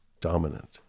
dominant